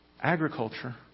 agriculture